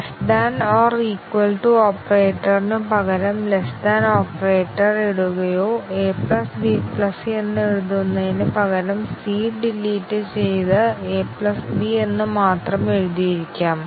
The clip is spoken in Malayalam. less than or equal to operator നു പകരം ലെസ്സ് താൻ ഓപ്പറേറ്റർ ഇടുകയോ abc എന്നു എഴുതുന്നതിന് പകരം c ഡിലീറ്റ് ചെയ്ത് ab എന്നു മാത്രം എഴുതിയിരിക്കാം